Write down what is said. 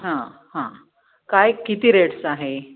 हां हां काय किती रेट्स आहे